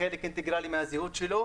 אני אגיד איזה אינטרסים יש להם.